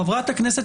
חבר הכנסת